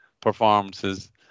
performances